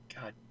God